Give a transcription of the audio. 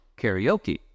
karaoke